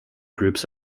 groups